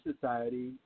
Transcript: society